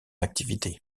activité